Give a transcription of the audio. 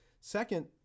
Second